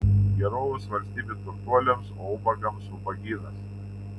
gerovės valstybė turtuoliams o ubagams ubagynas